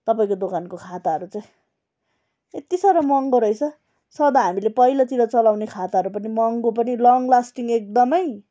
तपाईँको दोकानको खाताहरू चाहिँ यति साह्रो महँगो रहेछ सदा हामीले पहिलातिर चलाउने खाताहरू पनि महँगो पनि लङ लास्टिङ एकदमै